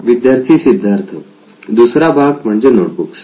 विद्यार्थी सिद्धार्थ दुसरा भाग म्हणजे नोट बुक्स